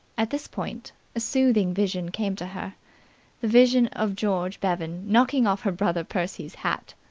at this point a soothing vision came to her the vision of george bevan knocking off her brother percy's hat.